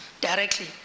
directly